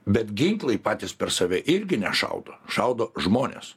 bet ginklai patys per save irgi nešaudo šaudo žmonės